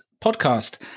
Podcast